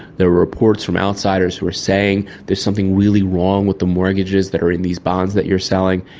there were reports from outsiders who were saying there's something really wrong with the mortgages that are in these bonds are that you are selling,